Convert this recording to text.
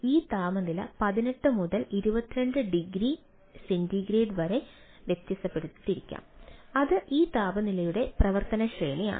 ഈ താപനില 18 മുതൽ 22 ഡിഗ്രി സെന്റിഗ്രേഡ് വരെ വ്യത്യാസപ്പെട്ടിരിക്കാം അത് ഈ താപനിലയുടെ പ്രവർത്തന ശ്രേണിയാണ്